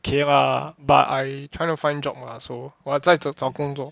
okay lah but I trying to find job lah so 我还在找着工作